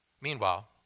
Meanwhile